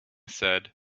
said